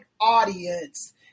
audience